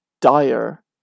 dire